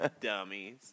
Dummies